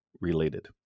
related